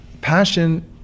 Passion